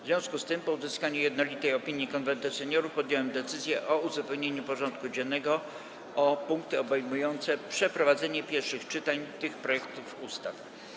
W związku z tym, po uzyskaniu jednolitej opinii Konwentu Seniorów, podjąłem decyzję o uzupełnieniu porządku dziennego o punkty obejmujące przeprowadzenie pierwszych czytań tych projektów ustaw.